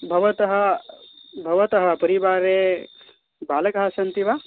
भवतः भवतः परिवारे बालकाः सन्ति वा